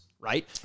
right